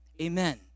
amen